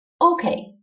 Okay